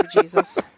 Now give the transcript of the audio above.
Jesus